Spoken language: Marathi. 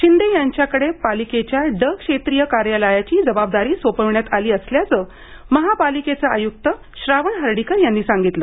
शिंदे यांच्याकडे पालिकेच्या ड क्षेत्रीय कार्यालयाची जबाबदारी सोपवण्यात आली असल्याचे पालिकेचे आय़क्त श्रावण हर्डीकर यांनी सांगितले